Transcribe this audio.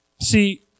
See